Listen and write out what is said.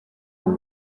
ubu